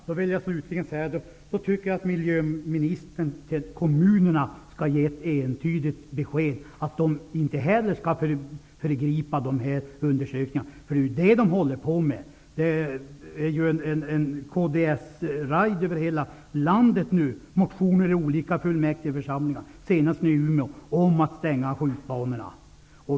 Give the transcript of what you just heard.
Fru talman! Då tycker jag slutligen att miljöministern till kommunerna skall ge ett entydigt besked att inte heller de skall föregripa dessa utredningar. Det är ju det kommunerna håller på med. Det pågår en kds-ride över hela landet med motioner i olika fullmäktigeförsamlingar, senast i Umeå, om att stänga skjutbanor.